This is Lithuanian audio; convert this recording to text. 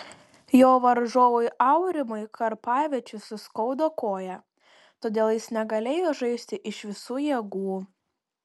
jo varžovui aurimui karpavičiui suskaudo koją todėl jis negalėjo žaisti iš visų jėgų